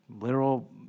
literal